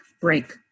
break